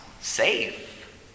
Safe